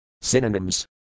Synonyms